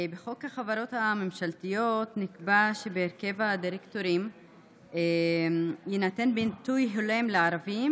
בחוק החברות הממשלתיות נקבע שבהרכב הדירקטורים יינתן ביטוי הולם לערבים.